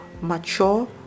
mature